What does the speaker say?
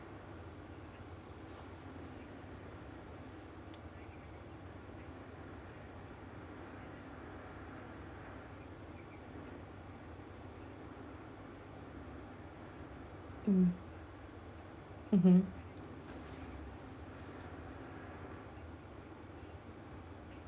mm mmhmm